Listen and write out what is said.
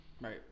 Right